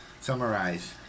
Summarize